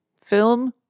film